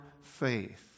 faith